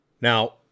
Now